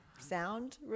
sound